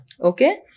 Okay